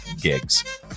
gigs